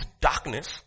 darkness